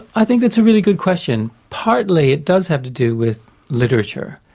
i think that's a really good question. partly it does have to do with literature.